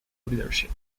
leadership